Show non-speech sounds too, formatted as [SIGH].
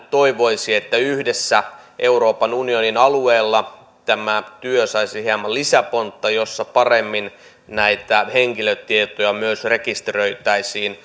[UNINTELLIGIBLE] toivoisi että yhdessä euroopan unionin alueella tämä työ saisi hieman lisäpontta jotta paremmin näitä henkilötietoja myös rekisteröitäisiin [UNINTELLIGIBLE]